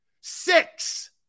Six